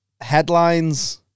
headlines